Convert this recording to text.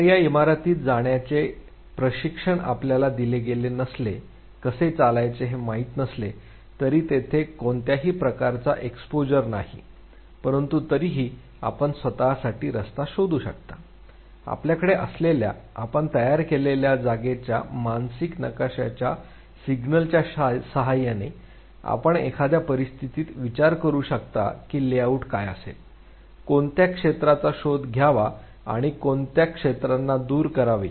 तर या इमारतीत जाण्याचे प्रशिक्षण आपल्याला दिले गेले नसले कसे चालायचे हे माहित नसले तरी तेथे कोणत्याही प्रकारचा एक्सपोजर नाही परंतु तरीही आपण स्वत साठी रस्ता शोधू शकता आपल्याकडे असलेल्या आपण तयार केलेल्या जागेच्या मानसिक नकाशाच्या सिग्नलच्या सहाय्याने आपण एखाद्या परिस्थितीत विचार करू शकता की लेआउट काय असेल कोणत्या क्षेत्राचा शोध घ्यावा आणि कोणत्या क्षेत्रांना दूर करावे